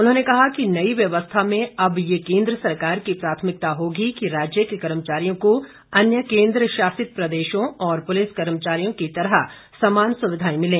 उन्होंने कहा कि नयी व्यवस्था में अब यह केन्द्र सरकार की प्राथमिकता होगी कि राज्य के कर्मचारियों को अन्य केन्द्र शासित प्रदेशों और पुलिस कर्मचारियों की तरह समान सुविधाएं मिलें